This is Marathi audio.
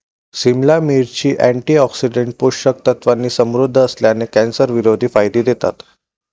सिमला मिरची, अँटीऑक्सिडंट्स, पोषक तत्वांनी समृद्ध असल्याने, कॅन्सरविरोधी फायदे देतात